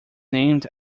named